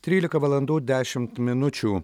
trylika valandų dešimt minučių